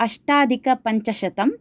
अष्टाधिकपञ्चशतं